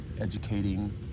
educating